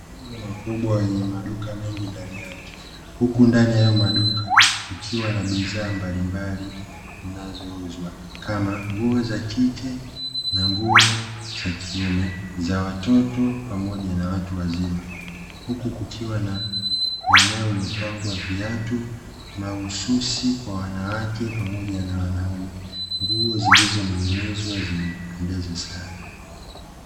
Majengo makubwa yenye maduka mengi ndani yake huku ndani ya hayo maduka kukiwa na bidhaa mbalimbali zinazouzwa kama nguo za kike na nguo za kiume, za watoto pamoja na watu wazima, huku kukiwa na eneo lililopangwa viatu mahususi kwa wanawake pamoja na wanaume nguo zilizoning'inizwa zenye kupendeza sana.